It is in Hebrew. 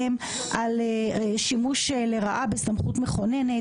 על שימוש לרעה בסמכות מכוננת?